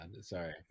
Sorry